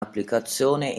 applicazione